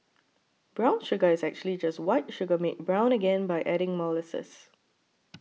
brown sugar is actually just white sugar made brown again by adding molasses